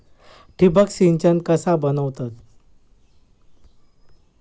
ठिबक सिंचन कसा बनवतत?